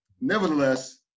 nevertheless